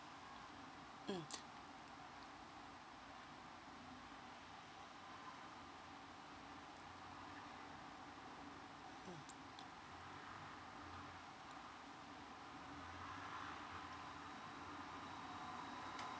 mm